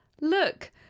Look